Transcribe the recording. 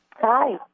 Hi